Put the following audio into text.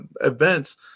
events